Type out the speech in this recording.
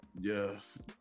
yes